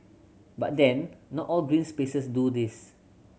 but then not all green spaces do this